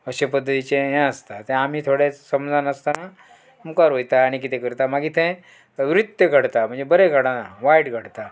अशें पद्दतीचे हें आसता तें आमी थोडें समजनासतना तुमकां रोयता आनी कितें करता मागीर तें वृत्य घडता म्हणजे बरें घडना वायट घडता